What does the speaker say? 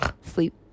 Sleep